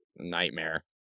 nightmare